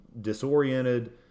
disoriented